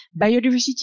Biodiversity